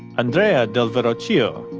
andrea del verrocchio.